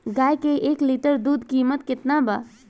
गाय के एक लीटर दूध कीमत केतना बा?